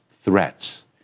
threats